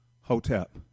Hotep